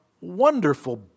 wonderful